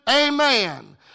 Amen